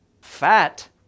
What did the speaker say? Fat